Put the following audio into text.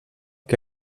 que